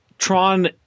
Tron